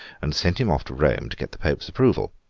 and sent him off to rome to get the pope's approval.